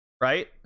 right